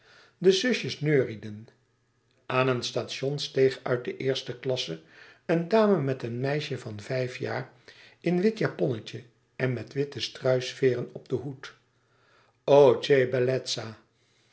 de zusjes neurieden aan een station steeg uit de eerste klasse een dame met een meisje van vijf jaar in wit japonnetje en met witte struisveêren op den hoed